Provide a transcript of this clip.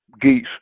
geese